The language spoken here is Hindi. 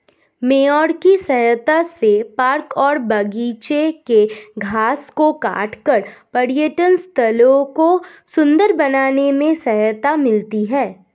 मोअर की सहायता से पार्क और बागिचों के घास को काटकर पर्यटन स्थलों को सुन्दर बनाने में सहायता मिलती है